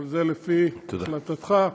אבל זה לפי החלטתך.